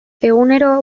egunero